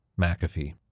McAfee